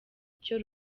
icyo